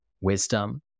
wisdom